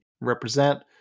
represent